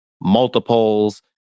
multiples